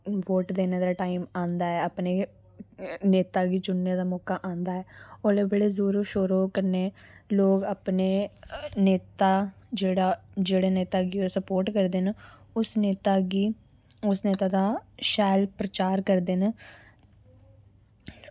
vote लैने दा time आंदा ऐ अपने ते नेता गी चुनने दा आंदा ते उसलै बड़े जोर शोर कन्नै लोग अपने नेता जेह्ड़ा जिस नेता गी अस सपोर्ट करदे न उस नेता गी उस नेता दा शैल प्रचार करदे न